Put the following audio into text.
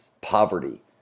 poverty